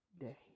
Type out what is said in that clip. day